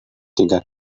tiga